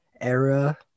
era